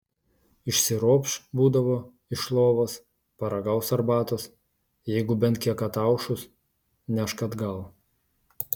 išsiropš būdavo iš lovos paragaus arbatos jeigu bent kiek ataušus nešk atgal